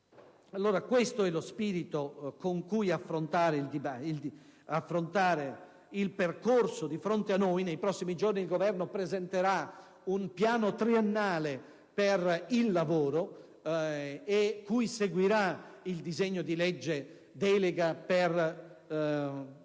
Questo è lo spirito con cui affrontare il percorso di fronte a noi. Nei prossimi giorni il Governo presenterà un piano triennale per il lavoro, cui seguirà il disegno di legge delega circa lo